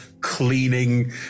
cleaning